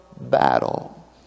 battle